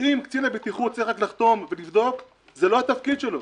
אם קצין הבטיחות צריך לחתום ולבדוק - זה לא התפקיד שלו.